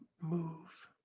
move